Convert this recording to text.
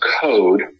code